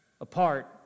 apart